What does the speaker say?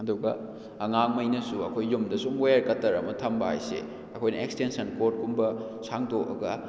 ꯑꯗꯨꯒ ꯑꯉꯥꯡ ꯃꯩꯅꯁꯨ ꯑꯩꯈꯣꯏ ꯌꯨꯝꯗ ꯁꯨꯝ ꯋꯦꯌꯔ ꯀꯇꯔ ꯑꯃ ꯊꯝꯕ ꯍꯥꯏꯁꯦ ꯑꯩꯈꯣꯏꯅ ꯑꯦꯛꯁꯇꯦꯟꯁꯟ ꯀꯣꯗ ꯀꯨꯝꯕ ꯁꯥꯡꯇꯣꯛꯑꯒ